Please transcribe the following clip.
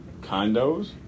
Condos